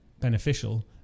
beneficial